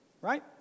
Right